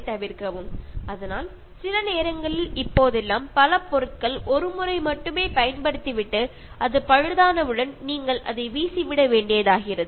കാരണം ഇന്നത്തെ കാലത്ത് ധാരാളം യൂസ് ആൻഡ് ത്രോ സാധനങ്ങൾ ആളുകൾ വാങ്ങുകയും ഒരു ഉപയോഗം കഴിയുമ്പോൾ അതിനു കേടുപാടുകൾ ഉണ്ടാവുകയും അത് ചുറ്റുപാടും വലിച്ചെറിയുകയും ചെയ്യാറുണ്ട്